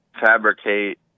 fabricate